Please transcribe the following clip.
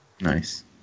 Nice